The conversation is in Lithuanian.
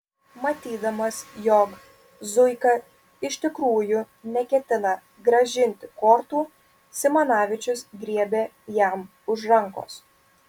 matydamas jog zuika iš tikrųjų neketina grąžinti kortų simanavičius griebė jam už rankos